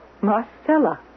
Marcella